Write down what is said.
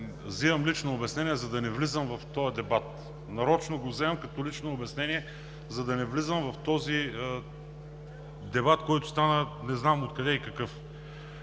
Вземам лично обяснение, за да не влизам в този дебат. Нарочно го вземам като лично обяснение, за да не влизам в този дебат, който стана – не знам откъде и какъв…